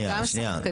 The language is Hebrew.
אני